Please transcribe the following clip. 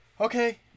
Okay